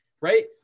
right